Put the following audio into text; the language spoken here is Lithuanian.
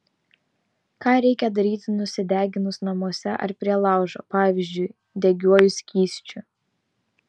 ką reikia daryti nusideginus namuose ar prie laužo pavyzdžiui degiuoju skysčiu